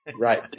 Right